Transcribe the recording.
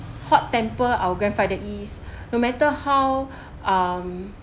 hot temper our grandfather ease no matter how um